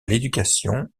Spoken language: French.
l’éducation